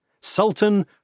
Sultan